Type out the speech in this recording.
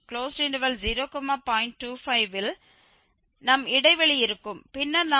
25யில் நம் இடைவெளி இருக்கும் பின்னர் நாம் இங்கே 0